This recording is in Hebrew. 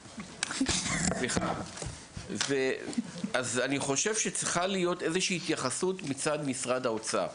אני חושב שצריכה להיות איזושהי התייחסות מצד משרד האוצר.